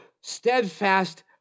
steadfast